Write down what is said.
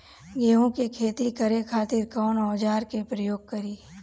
गेहूं के खेती करे खातिर कवन औजार के प्रयोग करी?